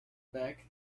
back